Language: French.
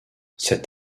cet